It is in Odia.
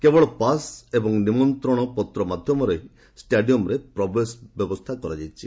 କେବଳ ପାସ୍ ଏବଂ ନିମନ୍ତଶପତ୍ର ମାଧ୍ଧମରେ ହିଁ ଷ୍କାଡିୟମ୍ରେ ପ୍ରବେଶ ବ୍ୟବସ୍ରା କରାଯାଇଛି